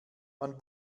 man